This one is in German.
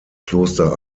kloster